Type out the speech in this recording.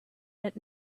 that